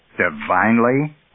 divinely